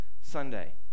Sunday